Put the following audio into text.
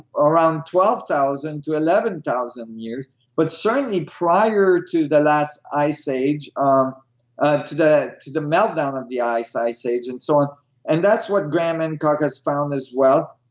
around twelve thousand to eleven thousand years but certainly prior to the last ice age um ah to the to the melt down of the ice ice age and so on and that's what graham hancock has found as well